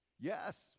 Yes